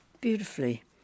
beautifully